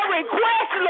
request